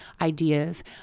ideas